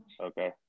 Okay